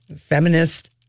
feminist